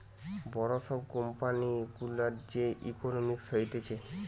বড় সব কোম্পানি গুলার যে ইকোনোমিক্স হতিছে